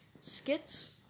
skits